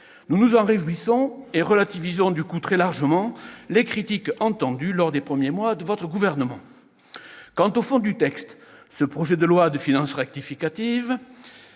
Nous nous en réjouissons et relativisons très largement les critiques entendues au cours des premiers mois de votre gouvernement. Sur le fond, ce projet de loi de finances rectificative,